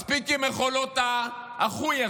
מספיק עם מחולות ה"אחוי"